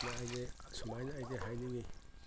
ꯅ ꯑꯩꯗꯤ ꯁꯨꯃꯥꯏꯅ ꯑꯩꯗꯤ ꯍꯥꯏꯅꯤꯡꯏ